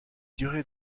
durées